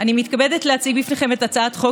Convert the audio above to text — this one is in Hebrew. אני מתכבדת להציג בפניכם את הצעת חוק